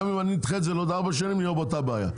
גם אם אני אדחה את זה בעוד ארבע שנים נהיה באותה בעיה.